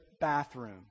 bathroom